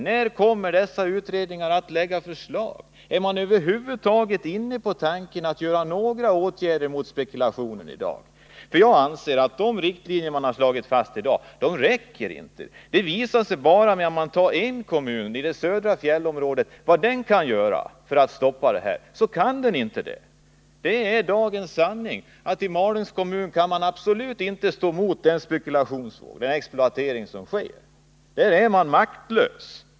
När kommer dessa utredningar att lägga fram förslag? Är man över huvud taget inne på tanken att vidta några åtgärder mot spekulationen i dag? Jag anser att de riktlinjer man nu har slagit fast inte räcker. Det visar sig att en kommun i det södra fjällområdet inte kan göra någonting för att stoppa denna spekulation. Det är dagens sanning att man i Malungs kommun absolut inte kan stå emot den spekulation och den exploatering som sker. Där är man maktlös.